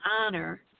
honor